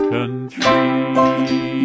Country